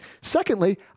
Secondly